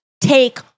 take